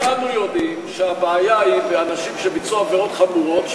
כולנו יודעים שהבעיה היא באנשים שביצעו עבירות חמורות,